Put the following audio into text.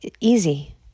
easy